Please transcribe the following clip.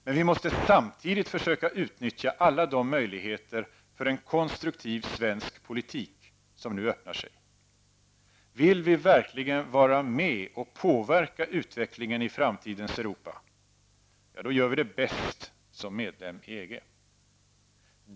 Men vi måste samtidigt försöka utnyttja alla de möjligheter för en konstruktiv svensk politik som nu öppnar sig. Om vi verkligen vill vara med och påverka utvecklingen i framtidens Europa, då gör vi det bäst som medlem i EG.